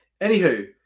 Anywho